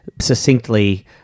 succinctly